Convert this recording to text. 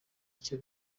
icyo